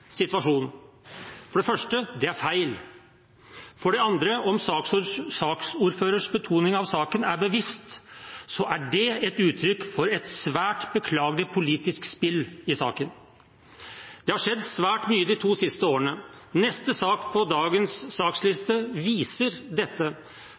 For det første: Det er feil. For det andre: Om saksordførerens betoning av saken er bevisst, er det et uttrykk for et svært beklagelig politisk spill i saken. Det har skjedd svært mye de to siste årene. Neste sak på dagens